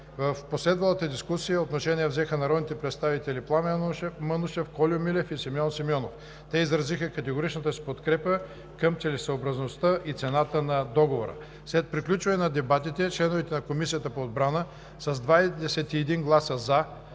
В последвалата дискусия отношение взеха народните представители Пламен Манушев, Кольо Милев и Симеон Симеонов. Те изразиха категоричната си подкрепа към целесъобразността и цената на Договора. След приключване на дебатите, членовете на Комисията по отбрана с 21 гласа